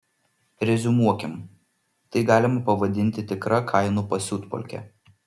reziumuokim tai galima pavadinti tikra kainų pasiutpolke